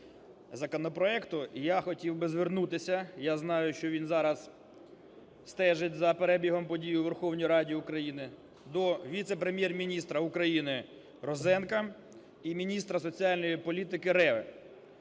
я знаю, що він зараз стежить за перебігом подій у Верховній Раді України, - до віце-прем'єр-міністра України Розенка і міністра соціальної політики Реви.